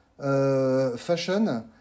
Fashion